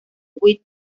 with